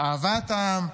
אהבת העם,